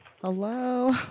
Hello